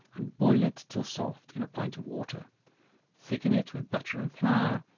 and boil it till soft, in a pint of water thicken it with butter and flour,